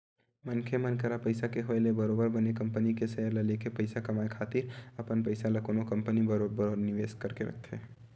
मनखे मन करा पइसा के होय ले बरोबर बने कंपनी के सेयर ल लेके पइसा कमाए खातिर अपन पइसा ल कोनो कंपनी म बरोबर निवेस करके रखथे